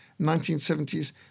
1970s